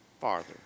farther